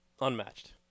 unmatched